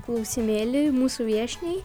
klausimėlį mūsų viešniai